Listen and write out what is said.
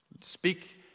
speak